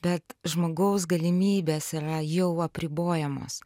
bet žmogaus galimybės yra jau apribojamos